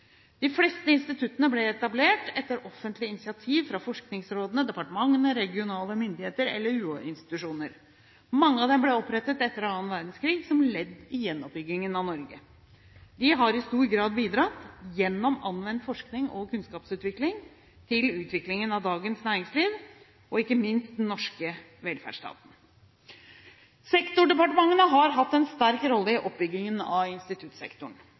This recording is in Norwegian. De fleste instituttene ble etablert etter offentlig initiativ fra forskningsrådene, departementene, regionale myndigheter eller UH-institusjoner. Mange av dem ble opprettet etter annen verdenskrig, som ledd i gjenoppbyggingen av Norge. De har i stor grad bidratt, gjennom anvendt forskning og kunnskapsutvikling, til utviklingen av dagens næringsliv og ikke minst den norske velferdsstaten. Sektordepartementene har hatt en sterk rolle i oppbyggingen av instituttsektoren.